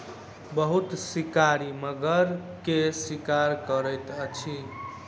बहुत शिकारी मगर के शिकार करैत अछि